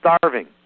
starving